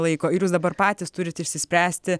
laiko ir jūs dabar patys turit išsispręsti